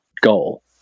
goal